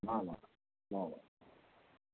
ल ल ल ल ल